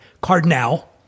Cardinal